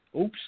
Oops